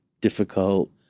difficult